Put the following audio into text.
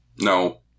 No